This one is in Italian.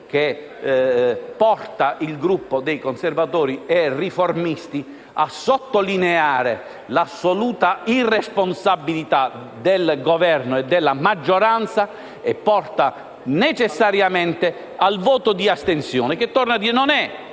che porta il Gruppo dei Conservatori e Riformisti a sottolineare l'assoluta irresponsabilità del Governo e della maggioranza e necessariamente a esprimere un voto di astensione che - torno